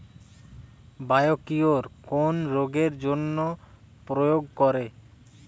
Biocure কোন রোগেরজন্য প্রয়োগ করে?